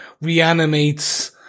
reanimates